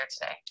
today